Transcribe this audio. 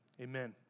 Amen